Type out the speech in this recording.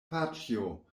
paĉjo